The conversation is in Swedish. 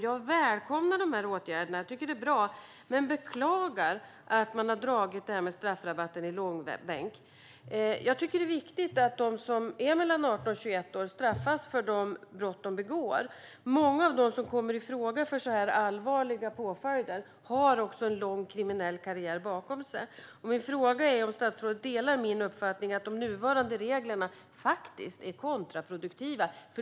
Jag välkomnar åtgärderna och tycker att de är bra, men jag beklagar att man har dragit straffrabatten i långbänk. Det är viktigt att de som är mellan 18 och 21 år straffas för de brott de begår. Många av dem som kommer i fråga för allvarliga påföljder har en lång kriminell karriär bakom sig. Min fråga är: Delar statsrådet min uppfattning att de nuvarande reglerna faktiskt är kontraproduktiva?